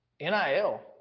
NIL